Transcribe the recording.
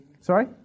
Sorry